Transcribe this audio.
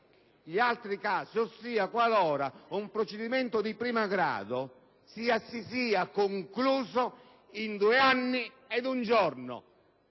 agli altri casi, ossia qualora un procedimento di primo grado si sia concluso in due anni ed un giorno.